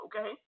Okay